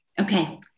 Okay